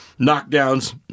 knockdowns